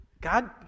God